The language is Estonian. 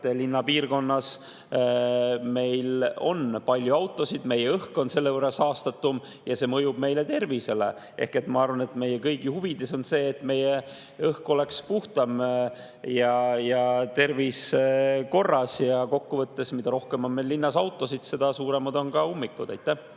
sellepärast et seal on palju autosid. Meie õhk on selle võrra saastatum ja see mõjub meie tervisele. Ma arvan, et meie kõigi huvides on see, et meie õhk oleks puhtam ja tervis korras. Ja kokkuvõttes, mida rohkem on linnas autosid, seda suuremad on ka ummikud. Aitäh!